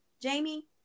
Jamie